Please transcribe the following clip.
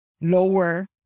lower